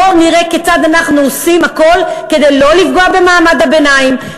בוא נראה כיצד אנחנו עושים הכול כדי לא לפגוע במעמד הביניים,